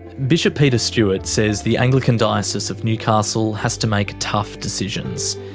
bishop peter stuart says the anglican diocese of newcastle has to make tough decisions.